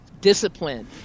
discipline